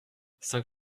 cinq